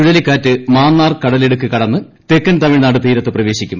ചുഴലിക്കാറ്റ് മാന്നാർ കടലിടുക്ക് കടന്ന് തെക്കൻ തമിഴ്നാട് തീരത്ത് പ്രവേശിക്കും